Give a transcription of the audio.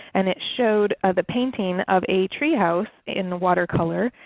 and it showed ah the painting of a tree house in watercolor,